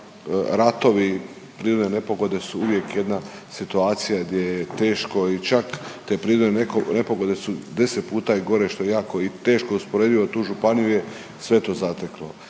da ratovi i prirodne nepogode su uvijek jedna situacija gdje je teško i čak te prirodne nepogode su, 10 puta je gore što je i jako teško usporedivo, tu županiju je sve to zateklo